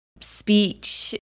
speech